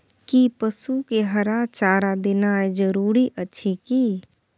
कि पसु के हरा चारा देनाय जरूरी अछि की?